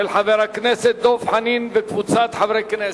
של חבר הכנסת דב חנין וקבוצת חברי הכנסת.